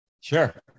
sure